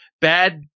bad